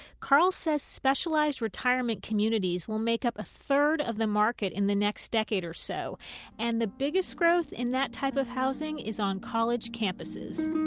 carle says specialized retirement communities will make up a third of the market in the next decade or so and the biggest growth in that type of housing is on college campuses